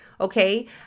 Okay